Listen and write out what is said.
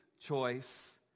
choice